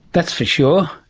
that's for sure.